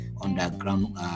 underground